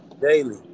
Daily